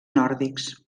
nòrdics